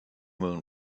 moon